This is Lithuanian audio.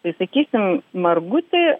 tai sakysim margutį